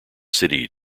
city